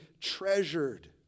treasured